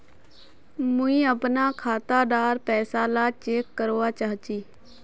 मुई अपना खाता डार पैसा ला चेक करवा चाहची?